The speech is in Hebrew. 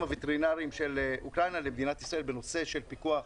הוטרינרים שם למדינת ישראל בנושא של פיקוח